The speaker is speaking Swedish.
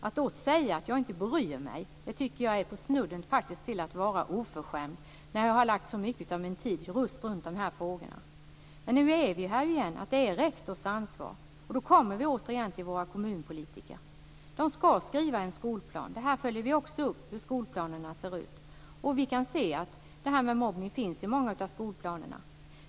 Att då säga att jag inte bryr mig tycker jag faktiskt snuddar vid att vara oförskämt när jag har lagt ned så mycket av min tid på just dessa frågor. Men nu är vi här igen, att det är rektors ansvar. Och då kommer vi återigen till våra kommunpolitiker. De ska skriva en skolplan. Vi följer också upp hur skolplanerna ser ut. Och vi kan se att frågan om mobbning finns med i många av skolplanerna.